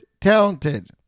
talented